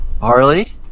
Harley